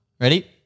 Ready